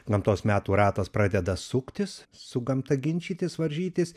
gamtos metų ratas pradeda suktis su gamta ginčytis varžytis